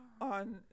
on